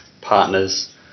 partners